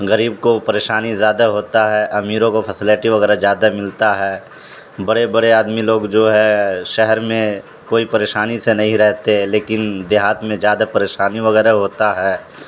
غریب کو پریشانی زیادہ ہوتا ہے امیروں کو فسلٹی وغیرہ زیادہ ملتا ہے بڑے بڑے آدمی لوگ جو ہے شہر میں کوئی پریشانی سے نہیں رہتے لیکن دیہات میں زیادہ پریشانی وغیرہ ہوتا ہے